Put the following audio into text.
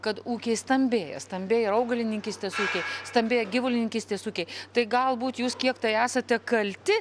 kad ūkiai stambėja stambėja ir augalininkystės ūkiai stambėja gyvulininkystės ūkiai tai galbūt jūs kiek tai esate kalti